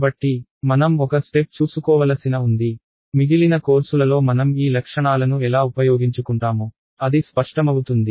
కాబట్టి మనం ఒక స్టెప్ చూసుకోవలసిన ఉంది మిగిలిన కోర్సులలో మనం ఈ లక్షణాలను ఎలా ఉపయోగించుకుంటామో అది స్పష్టమవుతుంది